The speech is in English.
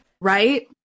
Right